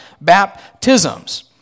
baptisms